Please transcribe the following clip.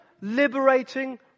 liberating